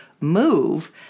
move